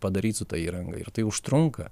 padaryt su ta įranga ir tai užtrunka